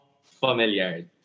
familiar